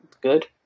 good